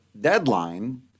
deadline